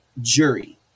jury